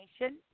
Nation